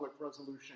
resolution